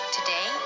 Today